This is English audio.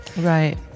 Right